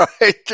right